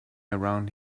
around